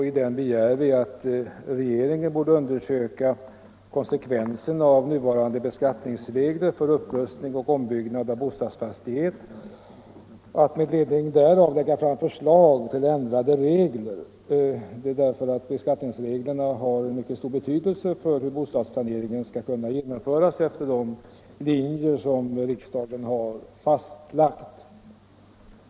I den begär vi att riksdagen uppdrar åt regeringen att undersöka konsekvenserna av nuvarande beskattningsregler för upprustning och ombyggnad av bo Anledningen till att vi väckt motionen är att beskattningsreglerna har mycket stor betydelse för hur bostadssaneringen skall kunna genomföras efter de linjer som riksdagen har fastlagt.